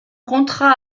contrat